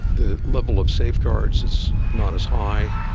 the level of safeguards is not as high,